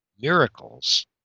miracles